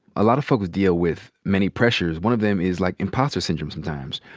a lot of folks deal with many pressures. one of them is, like, impostor syndrome sometimes,